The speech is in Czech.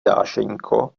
dášeňko